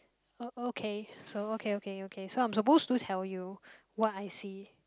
oh okay so okay okay okay so I'm supposed to tell you what I see